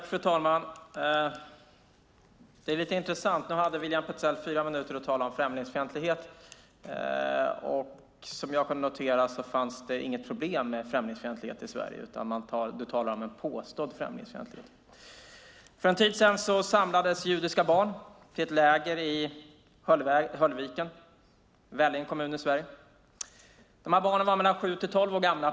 Fru talman! Det är lite intressant att William Petzäll nu hade fyra minuter på sig att tala om främlingsfientlighet. Som jag kunde notera fanns det inget problem med främlingsfientlighet i Sverige. Du talar om en påstådd främlingsfientlighet. För en tid sedan samlades judiska barn till ett läger i Höllviken i Vellinge kommun i Sverige. De här barnen var mellan 7 och 12 år gamla.